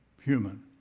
human